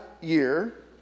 year